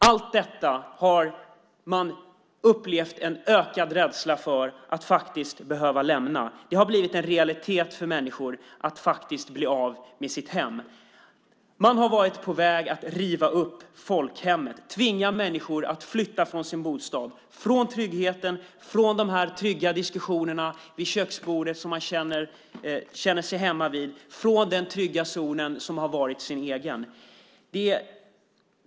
Allt detta har man upplevt en ökad rädsla för att behöva lämna. Det har blivit en realitet för människor att bli av med sina hem. Man har varit på väg att riva upp folkhemmet och tvinga människor att flytta från sin bostad - från tryggheten, från de trygga diskussionerna vid köksbordet som man känner sig hemma vid och från den trygga zonen som har varit ens egen.